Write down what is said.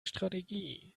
strategie